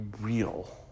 real